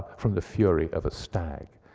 from the fury of a stag.